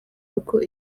uko